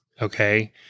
Okay